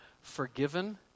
forgiven